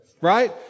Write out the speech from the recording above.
Right